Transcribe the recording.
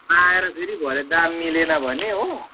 आएर फेरि भरे दाम मिलेन भने हो